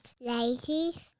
ladies